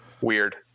Weird